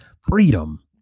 Freedom